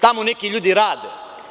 Tamo neki ljudi rade.